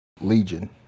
Legion